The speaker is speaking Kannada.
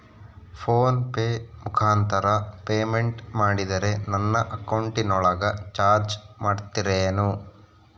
ಫೋನ್ ಪೆ ಮುಖಾಂತರ ಪೇಮೆಂಟ್ ಮಾಡಿದರೆ ನನ್ನ ಅಕೌಂಟಿನೊಳಗ ಚಾರ್ಜ್ ಮಾಡ್ತಿರೇನು?